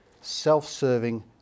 self-serving